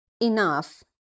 enough